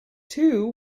two